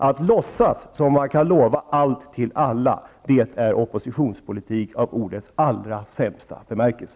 Att låtsas som att man kan lova allt till alla är oppositionspolitik i ordets allra sämsta bemärkelse.